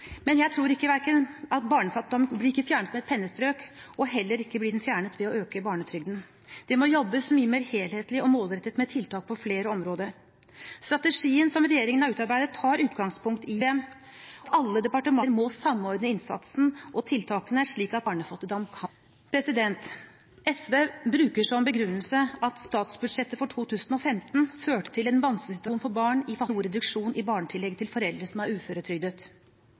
Men jeg tror at barnefattigdom ikke blir fjernet med et pennestrøk, og heller ikke blir den fjernet ved å øke barnetrygden. Det må jobbes mye mer helhetlig og målrettet med tiltak på flere områder. Strategien som regjeringen har utarbeidet, tar utgangspunkt i at barnefattigdom er et sammensatt problem, og at alle departementer og instanser som har ansvar for barn og familier, må samordne innsatsen og tiltakene, slik at barnefattigdom kan reduseres. SV bruker som begrunnelse at statsbudsjettet for 2015 førte til en vanskelig situasjon for barn i